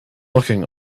looking